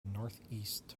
northeast